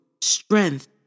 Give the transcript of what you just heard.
strength